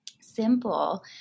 simple